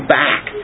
back